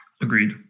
Agreed